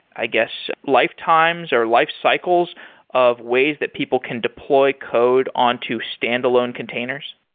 i guess, lifetimes or lifecycles of ways that people can deploy code on to standalone containers?